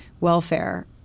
welfare